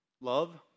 love